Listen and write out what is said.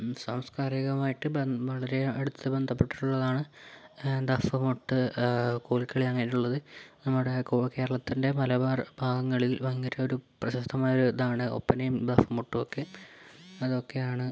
സാംസ്കാരികമായിട്ട് വളരെ അടുത്ത് ബന്ധപ്പെട്ടുള്ളതാണ് ദഫ്മുട്ട് കോൽക്കളി അങ്ങനെ ഉള്ളത് നമ്മുടെ കേരളത്തിൻ്റെ മലബാർ ഭാഗങ്ങളിൽ ഭയങ്കര ഒരു പ്രശസ്തമായ ഒരു ഇതാണ് ഒപ്പനയും ദഫ്മുട്ടുമൊക്കെ അതൊക്കെയാണ്